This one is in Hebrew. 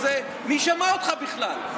מי שמע אותך בכלל?